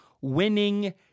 winning